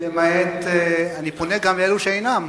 אני פונה גם לאלו שאינם,